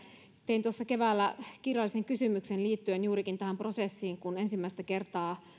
tein tuossa keväällä kirjallisen kysymyksen liittyen juurikin tähän prosessiin kun ensimmäistä kertaa